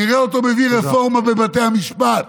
נראה אותו מביא רפורמה בבתי משפט,